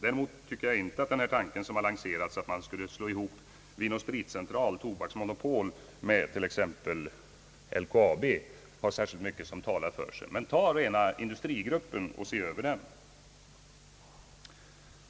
Däremot tycker jag inte att den tanke som har lanserats att man skulle slå ihop Vinoch spritcentralen och Svenska Tobaks AB med t.ex. LKAB har särskilt mycket som talar för sig. Men se gärna över den rena industrigruppen!